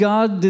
God